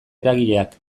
eragileak